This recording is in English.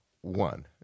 one